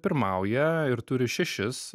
pirmauja ir turi šešis